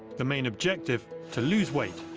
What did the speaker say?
the main objective to lose weight,